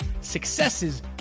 successes